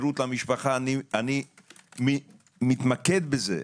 אני מתמקד בזה,